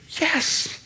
yes